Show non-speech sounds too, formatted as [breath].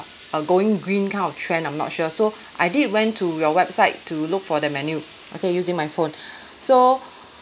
uh going green kind of trend I'm not sure so [breath] I did went to your website to look for the menu okay using my phone [breath] so [breath]